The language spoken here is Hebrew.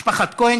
משפחת כהן,